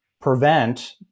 prevent